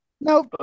No